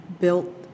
built